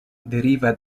deriva